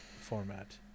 format